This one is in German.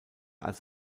als